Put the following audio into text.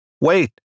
Wait